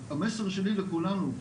המסר שלי לכולנו,